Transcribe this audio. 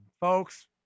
Folks